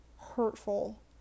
hurtful